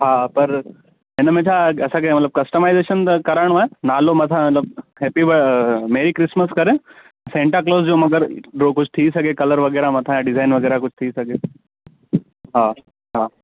हा पर हिन में छा असांखे मतिलब कस्टमाईज़ेशन त कराइणो आहे नालो मथां मतिलब हैप्पी बि मैरी क्रिसमस करे सैंटा क्लोज़ जो मगरि ॿियो कुझु थी सघे कलर वगै़रह मथां यां डिज़ाईन वगै़रह कुझु थी सघे हा हा